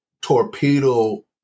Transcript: torpedo